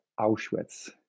Auschwitz